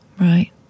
right